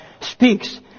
speaks